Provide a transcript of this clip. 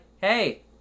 hey